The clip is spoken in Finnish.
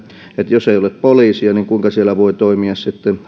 jos ei ole poliisia niin kuinka siellä voi toimia sitten